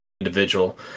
individual